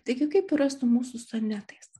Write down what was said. taigi kaip yra su mūsų sonetais